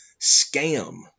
scam